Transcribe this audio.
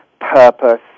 purpose